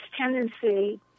tendency